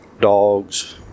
dogs